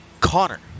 Connor